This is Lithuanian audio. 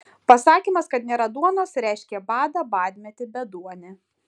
pasakymas kad nėra duonos reiškė badą badmetį beduonę